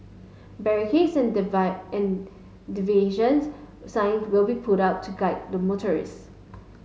barricades and and diversions signs will be put up to guide motorists